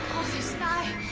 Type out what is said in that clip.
sky,